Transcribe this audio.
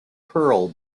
pearl